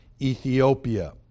Ethiopia